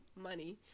money